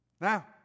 Now